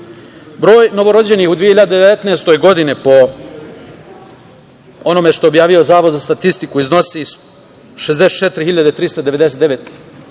novorođenih u 2019. godini po onome što je objavio Zavod za statistiku iznosi 64.399